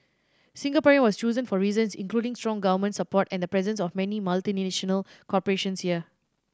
Singaporean was chosen for reasons including strong government support and the presence of many multinational corporations here